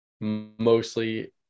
Mostly